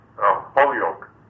Holyoke